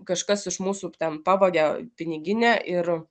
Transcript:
kažkas iš mūsų ten pavogė piniginę ir